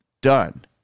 done